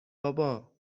بابا